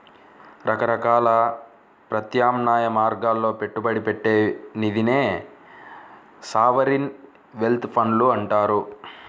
రకరకాల ప్రత్యామ్నాయ మార్గాల్లో పెట్టుబడి పెట్టే నిధినే సావరీన్ వెల్త్ ఫండ్లు అంటారు